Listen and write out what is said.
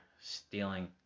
stealing